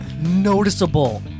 Noticeable